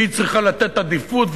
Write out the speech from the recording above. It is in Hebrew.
היא צריכה לתת עדיפות,